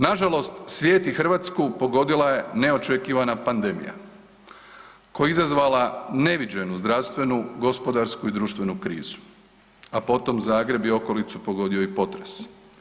Nažalost svijet i Hrvatsku pogodila je neočekivana pandemija koja je izazvala neviđenu zdravstvenu, gospodarsku i društvenu krizu, a potom Zagreb i okolicu pogodio i potres.